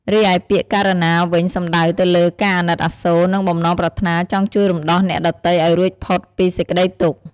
រីឯពាក្យ "ករុណា" វិញ សំដៅទៅលើការអាណិតអាសូរ និងបំណងប្រាថ្នាចង់ជួយរំដោះអ្នកដទៃឱ្យរួចផុតពីសេចក្តីទុក្ខ។